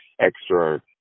extra